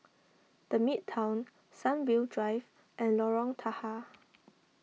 the Midtown Sunview Drive and Lorong Tahar